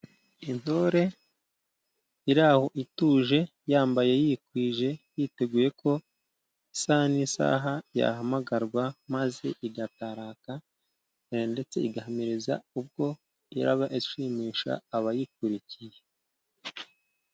Intore iri aho ituje, yambaye yikwije yiteguye ko isaha n'isaha yahamagarwa maze igataraka, ndetse igahamiriza ubwo iraba ishimisha abayikurikiye.